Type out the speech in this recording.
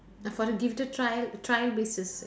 for the try try basis